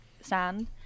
sand